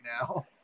now